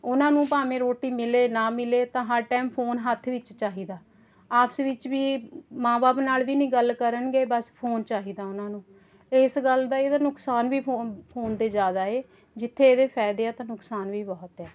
ਉਹਨਾਂ ਨੂੰ ਭਾਵੇਂ ਰੋਟੀ ਮਿਲੇ ਨਾ ਮਿਲੇ ਤਾਂ ਹਰ ਟਾਈਮ ਫੋਨ ਹੱਥ ਵਿੱਚ ਚਾਹੀਦਾ ਆਪਸ ਵਿੱਚ ਵੀ ਮਾਂ ਬਾਪ ਨਾਲ ਵੀ ਨਹੀਂ ਗੱਲ ਕਰਨਗੇ ਬੱਸ ਫੋਨ ਚਾਹੀਦਾ ਉਹਨਾਂ ਨੂੰ ਇਸ ਗੱਲ ਦਾ ਇਹਦਾ ਨੁਕਸਾਨ ਵੀ ਫੋਨ ਫੋਨ ਦੇ ਜ਼ਿਆਦਾ ਹੈ ਜਿੱਥੇ ਇਹਦੇ ਫਾਇਦੇ ਤਾਂ ਨੁਕਸਾਨ ਵੀ ਬਹੁਤ ਹੈ